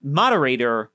moderator